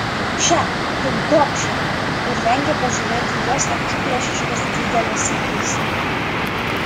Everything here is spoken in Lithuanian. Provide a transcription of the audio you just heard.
še tu gobše ir vengė pažiūrėti į jos akiplėšiškas dideles akis